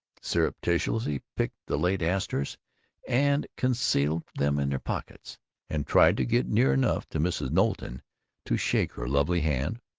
surreptitiously picked the late asters and concealed them in their pockets and tried to get near enough to mrs. knowlton to shake her lovely hand.